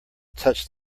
touch